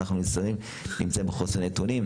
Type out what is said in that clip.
אנחנו נמצאים בחוסר נתונים.